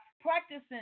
practicing